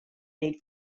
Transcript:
need